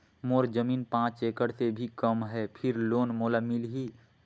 मोर जमीन पांच एकड़ से भी कम है फिर लोन मोला मिलही?